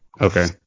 Okay